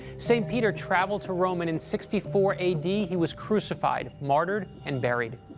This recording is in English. st. peter traveled to rome, and in sixty four a d, he was crucified, martyred, and buried.